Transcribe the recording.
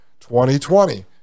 2020